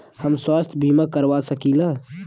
हम स्वास्थ्य बीमा करवा सकी ला?